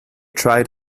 tried